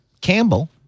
Campbell